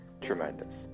tremendous